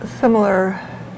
similar